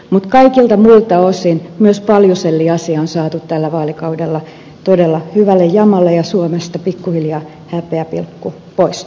mutta kaikilta muilta osin myös paljuselliasia on saatu tällä vaalikaudella todella hyvälle jamalle ja suomesta pikkuhiljaa häpeäpilkku poistuu